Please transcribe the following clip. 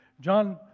John